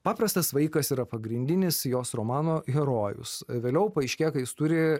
paprastas vaikas yra pagrindinis jos romano herojus vėliau paaiškėja kad jis turi